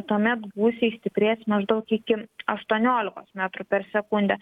tuomet gūsiai stiprės maždaug iki aštuoniolikos metrų per sekundę